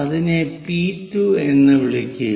അതിനെ പി 2 എന്ന് വിളിക്കുക